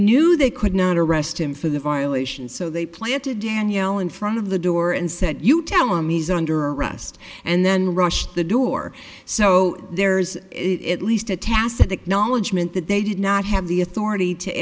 knew they could not arrest him for the violation so they planted danielle in front of the door and said you tell him he's under arrest and then rushed the door so there is it least a tacit acknowledgement that they did not have the authority to